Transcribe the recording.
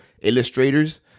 illustrators